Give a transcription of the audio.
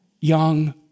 young